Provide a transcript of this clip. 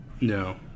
no